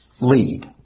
lead